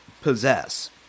possess